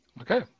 Okay